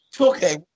okay